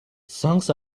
songs